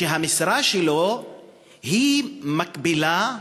שהמשרה שלו היא מקבילה,